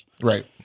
Right